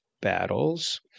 battles